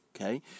Okay